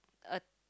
a